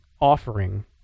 offering